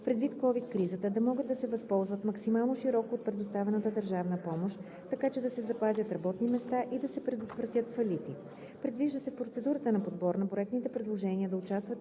предвид ковид кризата да могат да се възползват максимално широко от предоставената държавна помощ, така че да се запазят работни места и да се предотвратят фалити. Предвижда се в процедурата на подбор на проектните предложения да участват